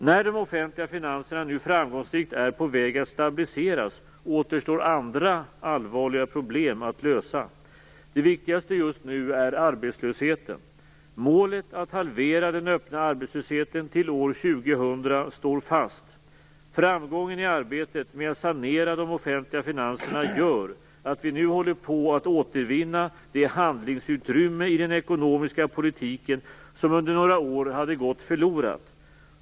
När de offentliga finanserna nu framgångsrikt är på väg att stabiliseras återstår andra allvarliga problem att lösa. Det viktigaste just nu är arbetslösheten. 2000 står fast. Framgången i arbetet med att sanera de offentliga finanserna gör att vi nu håller på att återvinna det handlingsutrymme i den ekonomiska politiken som under några år hade gått förlorat.